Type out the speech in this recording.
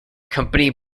company